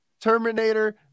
Terminator